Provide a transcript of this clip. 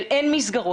של אין מסגרות,